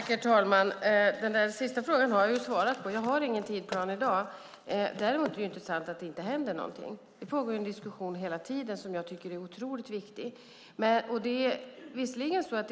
Herr talman! Den sista frågan har jag svarat på. Jag har ingen tidsplan i dag. Det är dock inte sant att det inte händer något. Det pågår en diskussion hela tiden som är otroligt viktig.